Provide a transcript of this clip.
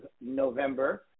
November